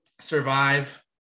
survive